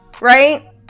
right